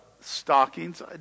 stockings